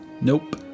Nope